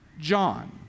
John